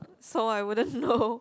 so I wouldn't know